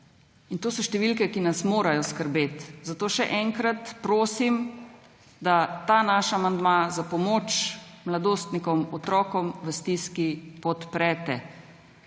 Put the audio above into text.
To so številke, ki nas morajo skrbeti. Zato še enkrat prosim, da ta naš amandma za pomoč mladostnikom, otrokom v stiski podprete.